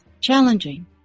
Challenging